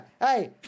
hey